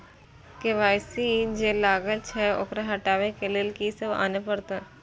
KYC जे लागल छै ओकरा हटाबै के लैल की सब आने परतै?